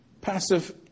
Passive